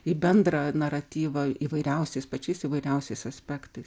į bendrą naratyvą įvairiausiais pačiais įvairiausiais aspektais